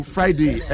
Friday